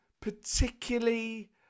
particularly